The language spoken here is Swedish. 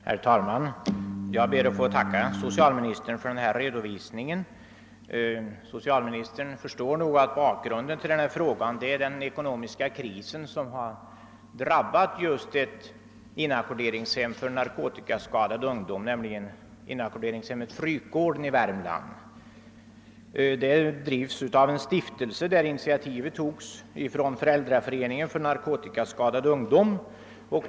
Herr talman! Jag ber att få tacka socialministern för denna redovisning. Socialministern förstår nog att bakgrunden till min fråga är den ekonomiska kris som har drabbat just ett inackorderingshem för narkotikaskadad ungdom, nämligen Frykgården i Värmland. Detta inackorderingshem drivs av en stiftelse till vilken initiativet togs av föräldraföreningen för narkotikaskadad ungdom.